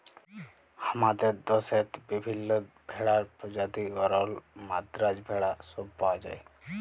হামাদের দশেত বিভিল্য ভেড়ার প্রজাতি গরল, মাদ্রাজ ভেড়া সব পাওয়া যায়